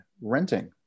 renting